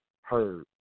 heard